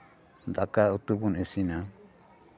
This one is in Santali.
ᱫᱟᱠᱟ ᱩᱛᱩ ᱵᱚᱱ ᱤᱥᱤᱱᱟ